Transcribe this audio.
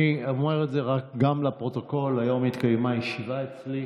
אני אומר גם לפרוטוקול: היום התקיימה ישיבה אצלי,